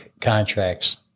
contracts